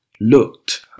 looked